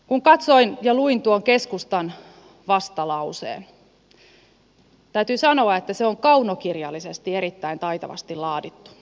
kun katsoin ja luin tuon keskustan vastalauseen täytyy sanoa että se on kaunokirjallisesti erittäin taitavasti laadittu